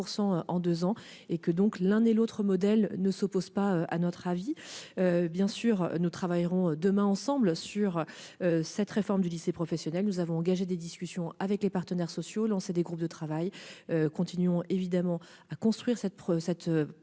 en 2 ans et que donc l'un et l'autre modèle ne s'oppose pas à notre avis, bien sûr, nous travaillerons demain ensemble sur cette réforme du lycée professionnel, nous avons engagé des discussions avec les partenaires sociaux, des groupes de travail continuons évidemment à construire cette cette